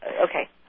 Okay